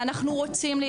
ואנחנו רוצים להתקדם.